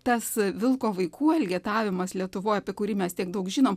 tas vilko vaikų elgetavimas lietuvoj apie kurį mes tiek daug žinom